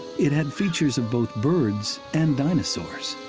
it had features of both birds and dinosaurs.